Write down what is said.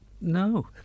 No